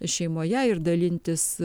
šeimoje ir dalintis